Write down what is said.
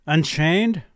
Unchained